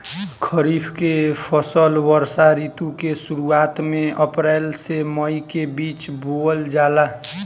खरीफ के फसल वर्षा ऋतु के शुरुआत में अप्रैल से मई के बीच बोअल जाला